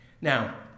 Now